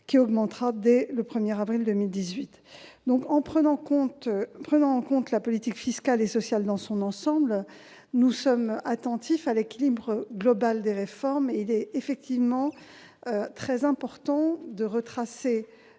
qui augmentera dès le 1 avril 2018. Prenant en compte la politique fiscale et sociale dans son ensemble, nous sommes attentifs à l'équilibre d'ensemble des réformes, dont il est très important de retracer